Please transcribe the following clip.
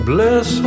Bless